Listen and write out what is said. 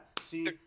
see